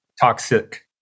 toxic